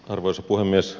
arvoisa puhemies